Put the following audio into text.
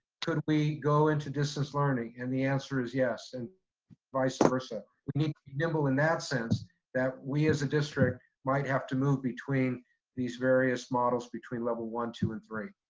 could we go into distance learning, and the answer is yes. and vice versa, we need to be nimble in that sense that we, as a district might have to move between these various models between level one, two, and three.